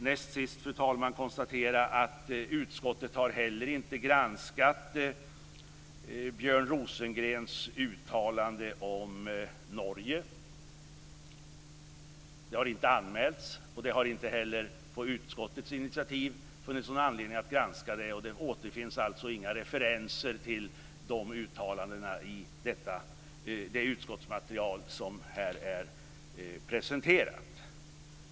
Näst sist, fru talman, konstaterar jag att utskottet inte heller har granskat Björn Rosengrens uttalande om Norge. Det har inte anmälts, och det har inte heller funnits anledning att på utskottets initiativ granska det. Det återfinns inga referenser till de uttalandena i det utskottsmaterial som har presenterats här.